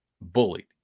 bullied